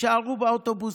תישארו באוטובוסים,